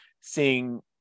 seeing